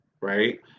right